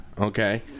Okay